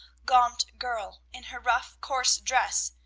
gaunt girl, in her rough, coarse dress,